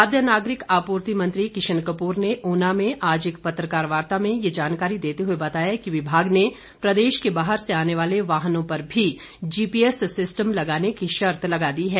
खाद्य नागरिक आपूर्ति मंत्री किशन कपूर ने ऊना में आज एक पत्रकार वार्ता में ये जानकारी देते हुए बताया कि विभाग ने प्रदेश के बाहर से आने वाले वाहनों पर भी जीपीएस सिस्टम लगाने की शर्त लगा दी है